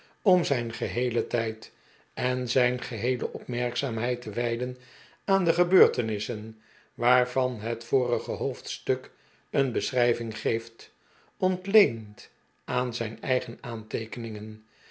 om zijn geheelen tijd en zijn geheele opmerkzaamheid te wijden aan de gebeurtenissen waarvan het vorige hoofdstuk een beschrijving geeft ontleend aan zijn eigen aanteekeningen